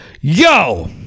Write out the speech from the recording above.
yo